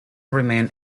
remained